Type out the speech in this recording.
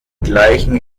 gleichen